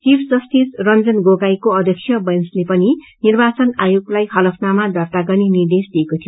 chief justice Ranjan गोगोईको अध्यक्षीय बैंचले निर्वाचन आयोगलाई हलफनामा दतार्य गर्ने निर्देश दिएको थियो